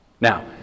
now